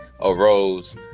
Arose